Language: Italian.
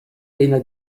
pena